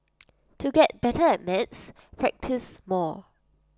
to get better at maths practice more